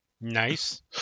Nice